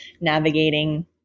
navigating